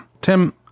tim